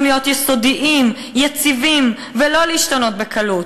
להיות יסודיים ויציבים ולא להשתנות בקלות,